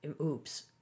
oops